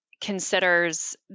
considers